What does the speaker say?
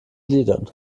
gliedern